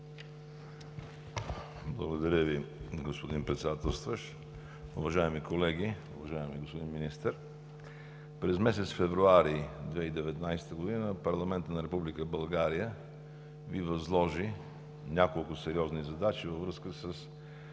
Ви, господин Председател. Уважаеми колеги! Уважаеми господин Министър, през месец февруари 2019 г. парламентът на Република България Ви възложи няколко сериозни задачи във връзка с